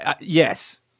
yes